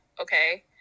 okay